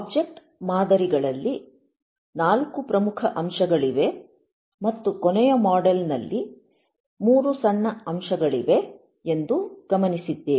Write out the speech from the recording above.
object ಮಾದರಿಗಳಲ್ಲಿ 4 ಪ್ರಮುಖ ಅಂಶಗಳಿವೆ ಮತ್ತು ಕೊನೆಯ ಮಾಡೆಲ್ ನಲ್ಲಿ 3 ಸಣ್ಣ ಅಂಶಗಳಿವೆ ಎಂದು ಗಮನಿಸಿದ್ದೇವೆ